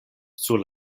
sur